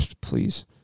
please